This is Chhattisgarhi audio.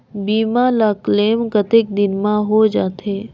बीमा ला क्लेम कतेक दिन मां हों जाथे?